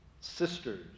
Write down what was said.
sisters